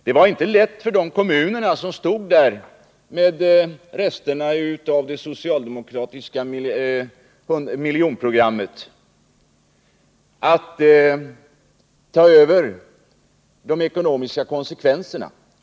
Det var inte lätt för de kommuner som stod där med resterna av det socialdemokratiska s.k. miljonprogrammet att ta över de ekonomiska konsekvenserna.